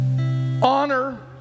honor